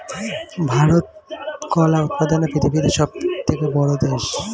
ভারত কলা উৎপাদনে পৃথিবীতে সবথেকে বড়ো দেশ